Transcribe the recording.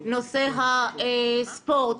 נושא הספורט,